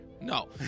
No